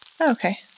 okay